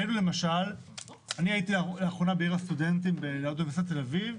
אני הייתי לאחרונה בעיר הסטודנטים ליד אוניברסיטת תל אביב,